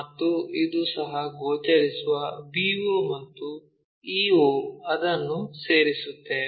ಮತ್ತು ಇದು ಸಹ ಗೋಚರಿಸುವ b o ಮತ್ತು e o ಅದನ್ನು ಸೇರಿಸುತ್ತೇವೆ